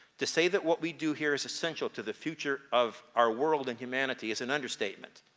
to say that what we do here is essential to the future of our world and humanity is an understatement.